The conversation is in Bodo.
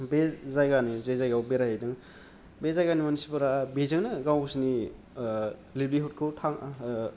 बे जायगानि जे जायगायाव बेरायहैदों बे जायगानि मानसिफोरा बेजोंनो गावसिनि लिबलिहुदखौ थां